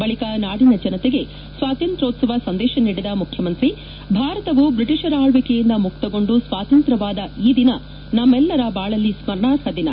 ಬಳಿಕ ನಾಡಿನ ಜನತೆಗೆ ಸ್ವಾತಂತ್ರ್ಯೋತ್ಸವ ಸಂದೇಶ ನೀಡಿದ ಮುಖ್ಯಮಂತ್ರಿ ಭಾರತವು ಬ್ರಿಟಿಷರ ಆಳ್ವಕೆಯಿಂದ ಮುಕ್ತಗೊಂಡು ಸ್ವಾತಂತ್ರ್ ಕವಾದ ಈ ದಿನ ನಮ್ಮೆಲ್ಲರ ಬಾಳಲ್ಲಿ ಸ್ಮರಣಾರ್ಪ ದಿನ